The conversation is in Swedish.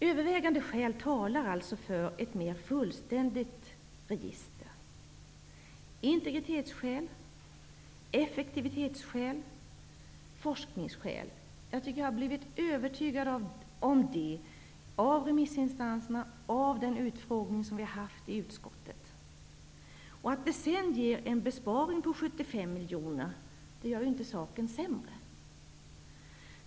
Övervägande skäl talar för ett mer fullständigt register -- integritetsskäl, effektivitetsskäl och forskningsskäl. Jag har blivit övertygad om det av remissinstanserna och den utfrågning vi har haft i utskottet. Att det sedan ger en besparing på 75 miljoner gör inte saken sämre.